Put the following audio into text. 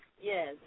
Yes